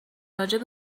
راجع